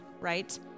right